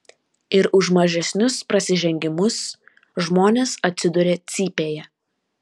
ir už mažesnius prasižengimus žmonės atsiduria cypėje